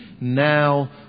now